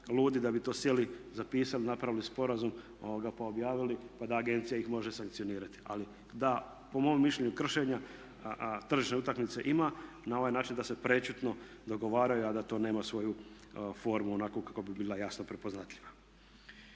da bi to sjeli, zapisali, napravili sporazum pa objavili, pa da agencija ih može sankcionirati. Ali da, po mom mišljenju kršenja tržišne utakmice ima na ovaj način da se prečutno dogovaraju, a da to nema svoju formu onako kako bi bila jasno prepoznatljiva.